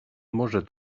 może